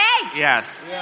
Yes